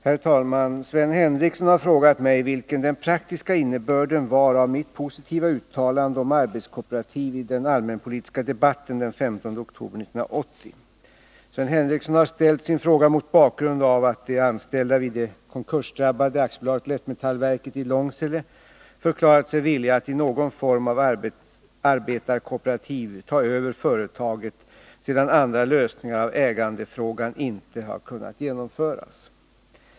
Herr talman! Sven Henricsson har frågat mig vilken den praktiska innebörden var av mitt positiva uttalande om arbetarkooperativ i den allmänpolitiska debatten den 15 oktober 1980. Sven Henricsson har ställt sin fråga mot bakgrund av att de anställda vid det konkursdrabbade AB Lättmetallverket i Långsele förklarat sig villiga att i någon form av arbetarkooperativ ta över företaget sedan andra lösningar av ägandefrågan inte har kunnat genomföras.